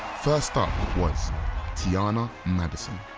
first up was tianna madison,